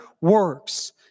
works